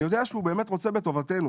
אני יודע שהוא באמת רוצה בטובתנו,